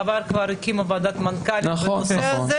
אומר שבעבר כבר הקימו ועדת מנכ"לים לנושא הזה.